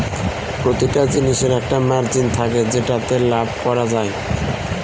প্রতিটা জিনিসের একটা মার্জিন থাকে যেটাতে লাভ করা যায়